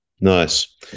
Nice